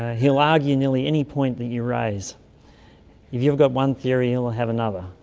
he'll argue nearly any point that you raise. if you've got one theory, he'll have another,